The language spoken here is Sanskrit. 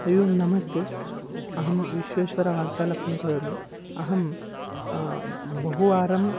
हरिः ओं नमस्ते अहं विश्वेश्वरः वार्तालापं करोमि अहं बहुवारम्